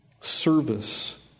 Service